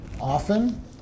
often